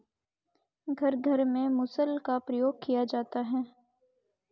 घर घर में मुसल का प्रयोग किया जाता है